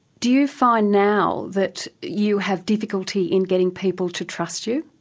do you find now that you have difficulty in getting people to trust you?